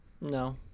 No